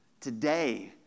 today